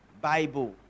Bible